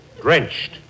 Drenched